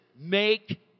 make